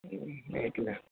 હમ એટલે